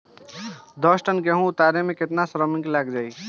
दस टन गेहूं उतारे में केतना श्रमिक लग जाई?